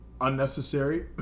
unnecessary